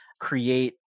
create